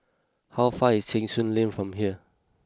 how far is Cheng Soon Lane from here